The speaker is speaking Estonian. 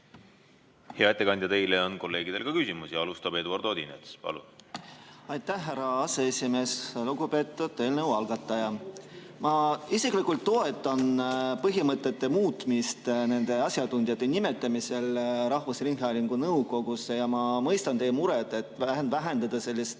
ettekandja, teile on kolleegidel ka küsimusi. Alustab Eduard Odinets. Aitäh, härra aseesimees! Lugupeetud eelnõu algataja! Ma isiklikult toetan põhimõtete muutmist asjatundjate nimetamisel rahvusringhäälingu nõukogusse ja ma mõistan teie muret, et tuleks vähendada sellist